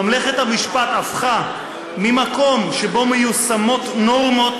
ממלכת המשפט הפכה ממקום שבו מיושמות נורמות